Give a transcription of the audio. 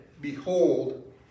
behold